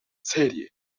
serie